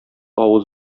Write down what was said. авыз